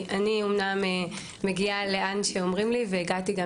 אני אמנם מגיעה לאן שאומרים לי והגעתי גם